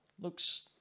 Looks